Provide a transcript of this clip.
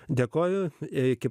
dėkoju iki